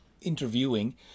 interviewing